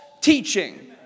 teaching